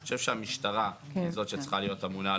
אני חושב שהמשטרה היא זאת שצריכה להיות אמונה על